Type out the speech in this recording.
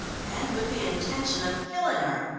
and with the intention of killing her.